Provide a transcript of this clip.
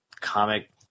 comic